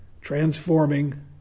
transforming